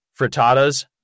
Frittatas